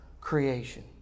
creation